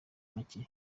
make